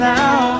now